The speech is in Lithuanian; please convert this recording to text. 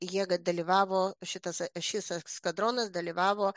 jėga dalyvavo šitas šis eskadronas dalyvavo